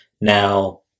now